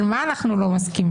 על מה אנחנו לא מסכימים?